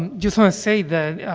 um just want to say that,